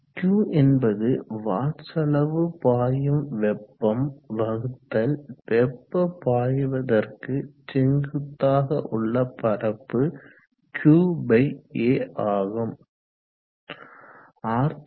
q என்பது watts அளவு பாயும்வெப்பம் வகுத்தல் வெப்ப பாய்வதற்கு செங்குத்தாக உள்ள பரப்பு QA ஆகும்